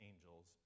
angels